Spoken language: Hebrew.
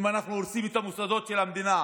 אם אנחנו הורסים את המוסדות של המדינה